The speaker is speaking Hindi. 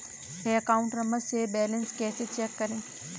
अकाउंट नंबर से बैलेंस कैसे चेक करें?